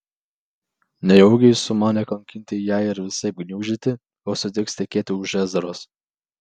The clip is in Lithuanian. nejaugi jis sumanė kankinti ją ir visaip gniuždyti kol sutiks tekėti už ezros